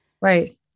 Right